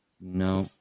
no